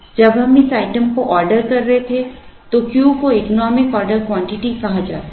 जब हम इस आइटम को ऑर्डर कर रहे थे तो Q को इकोनॉमिक ऑर्डर क्वांटिटी कहा जाता था